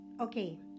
okay